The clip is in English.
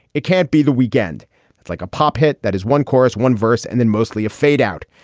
it can't be the weekend it's like a pop hit. that is one chorus, one verse and then mostly a fade out.